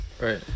Right